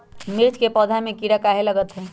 मिर्च के पौधा में किरा कहे लगतहै?